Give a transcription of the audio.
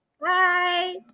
Bye